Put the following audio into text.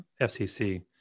FCC